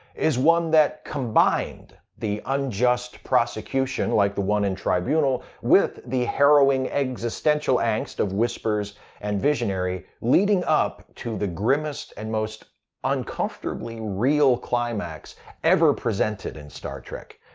is one that combined an unjust prosecution like the one in tribunal with the harrowing existential angst of whispers and visionary, leading up to the grimmest and most uncomfortably real climax ever presented in star trek.